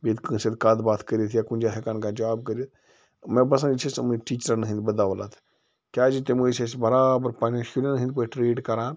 بیٚیہِ ییٚتہِ کٲنٛسہِ سۭتۍ کَتھ باتھ کٔرِتھ یا کُنہِ جایہِ ہیٚکان کانٛہہ جاب کٔرِتھ مےٚ باسان یہِ چھِ أسۍ تِمنٕے ٹیٖچرَن ہنٛدۍ بدولت کیٛازِ تِم ٲسۍ اسہِ برابر پَننیٚن شُریٚن ہنٛدۍ پٲٹھۍ ٹرٛیٖٹ کَران